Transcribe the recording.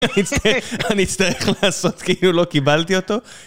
אני אצטרך לעשות כאילו לא קיבלתי אותו.